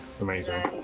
Amazing